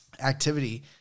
activity